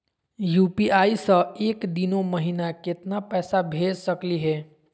UPI स एक दिनो महिना केतना पैसा भेज सकली हे?